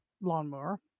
lawnmower